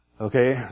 Okay